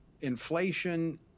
inflation